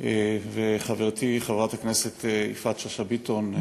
וחברתי חברת הכנסת יפעת שאשא ביטון,